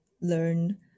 learn